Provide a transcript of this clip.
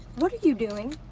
what are you doing?